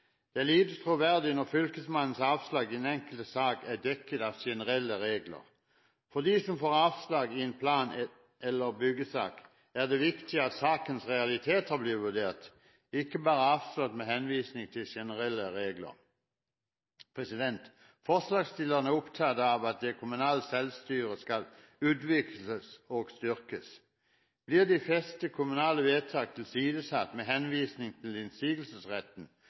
Det er lite troverdig når Fylkesmannens avslag i den enkelte sak er dekket i generelle regler. For de som får avslag med henvisning til en plan eller byggesak, er det viktig at sakens realiteter blir vurdert, ikke bare avslått med henvisning til generelle regler. Forslagsstillerne er opptatt av at det kommunale selvstyret skal utvikles og styrkes. Blir de fleste kommunale vedtak tilsidesatt med henvisning til innsigelsesretten,